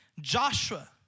joshua